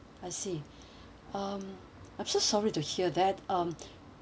I see um I'm so sorry to hear that um